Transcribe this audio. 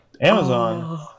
Amazon